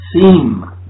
seem